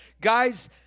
guys